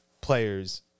players